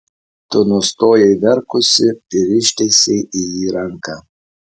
tu nustojai verkusi ir ištiesei į jį ranką